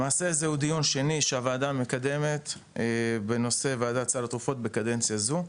למעשה זה הדיון השני שהוועדה מקדמת בנושא וועדת סל התרופות בקדנציה זו,